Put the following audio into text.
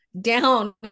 down